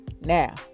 Now